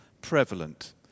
prevalent